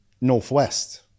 Northwest